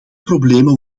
problemen